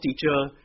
teacher